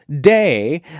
day